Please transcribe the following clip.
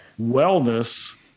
wellness